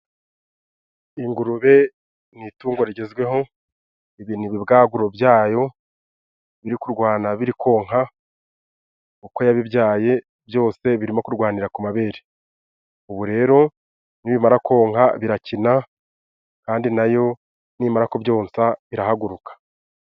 Ingurube ni itungo rigezweho, ibi ni ibibwaguro byayo biri kurwana biri konka, uko yabibyaye byose birimo kurwanira ku mabere. Ubu rero nibimara konka birakina kandi na yo nimara kubyonsa irahaguruka.